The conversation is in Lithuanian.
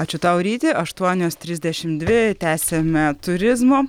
ačiū tau ryti aštuonios trisdešim dvi tęsiame turizmo